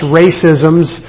racisms